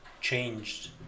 changed